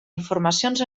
informacions